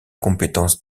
compétence